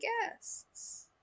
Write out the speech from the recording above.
guests